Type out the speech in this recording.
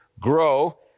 grow